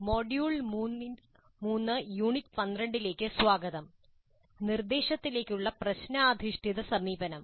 module 3 unit 12 ലേക്ക് സ്വാഗതം നിർദ്ദേശത്തിലേക്കുള്ള പ്രശ്ന അധിഷ്ഠിത സമീപനം